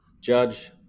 Judge